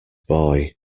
boy